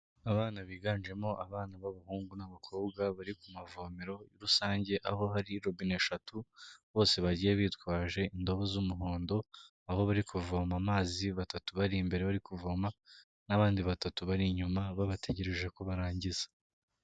Abana biganjemo abana b'abahungu n'abakobwa bari ku mavomero rusange aho hari robine eshatu, bose bagiye bitwaje indobo z'umuhondo, aho bari kuvoma amazi batatu bari imbere bari kuvoma, n'abandi batatu bari inyuma babategereje ko barangiza.